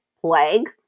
plague